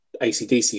ACDC